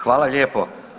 Hvala lijepo.